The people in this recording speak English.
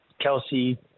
Kelsey